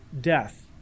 death